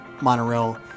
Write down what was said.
monorail